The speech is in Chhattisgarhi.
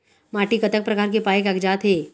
माटी कतक प्रकार के पाये कागजात हे?